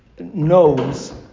Knows